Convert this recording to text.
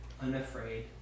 unafraid